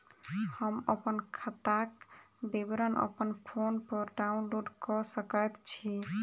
हम अप्पन खाताक विवरण अप्पन फोन पर डाउनलोड कऽ सकैत छी?